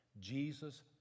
Jesus